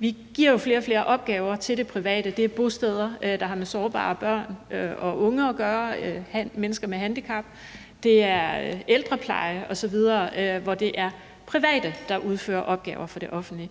Vi giver jo flere og flere opgaver til det private. Det er bosteder, der har med sårbare børn og unge og mennesker med handicap at gøre, det er ældrepleje osv., hvor det er private, der udfører opgaver for det offentlige.